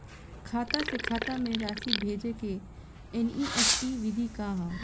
खाता से खाता में राशि भेजे के एन.ई.एफ.टी विधि का ह?